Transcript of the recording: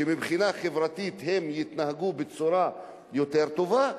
שמבחינה חברתית יתנהגו בצורה יותר טובה,